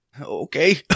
Okay